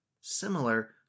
similar